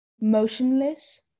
motionless